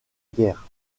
guerre